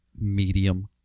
Medium